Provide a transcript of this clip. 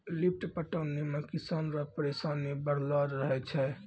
lift पटौनी मे किसान रो परिसानी बड़लो रहै छै